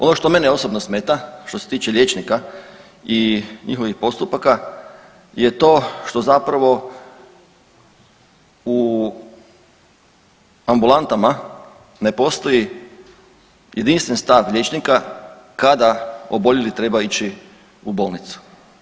Ono što mene osobno smeta što se tiče liječnika i njihovih postupaka je to što zapravo u ambulantama ne postoji jedinstven stav liječnika kada oboljeli treba ići u bolnicu.